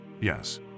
Yes